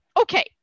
Okay